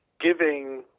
giving